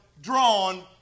drawn